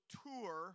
tour